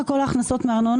כהכנסות של העיר.